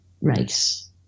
race